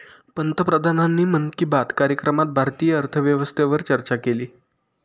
पंतप्रधानांनी मन की बात कार्यक्रमात भारतीय अर्थव्यवस्थेवर चर्चा केली